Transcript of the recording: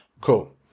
cool